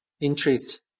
interest